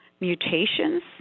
mutations